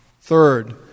Third